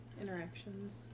interactions